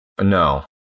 No